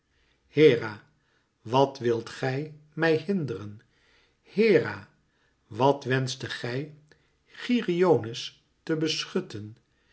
hera wat wilt gij mij hinderen hera wat wenschtet gij geryones te beschutten